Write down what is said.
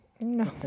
No